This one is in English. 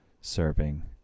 serving